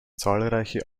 zahlreiche